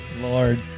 Lord